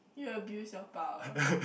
you abuse your power